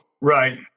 Right